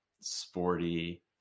sporty